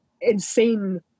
insane